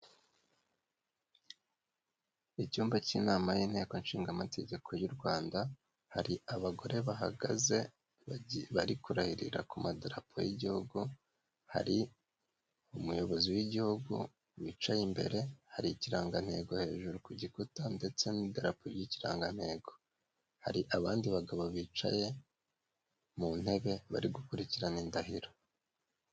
Icyumba cy'inama y'inteko shingategeko y'u Rwanda, hari abagore bahagaze bari kurahirira ku madarapo y'igihugu, hari umuyobozi w'igihugu wicaye imbere, hari ikirangantego hejuru ku gikuta, ndetse n'idarapo ry'ikirangantego, hari abandi bagabo bicaye mu ntebe bari gukurikirana indahiro.